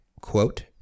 quote